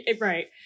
Right